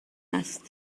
است